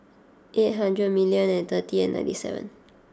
eight hundred million and thirty ninety seven